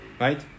Right